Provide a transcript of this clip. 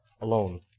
alone